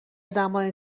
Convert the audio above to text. زمانی